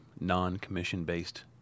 non-commission-based